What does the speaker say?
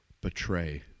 betray